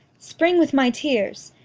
spring with my tears!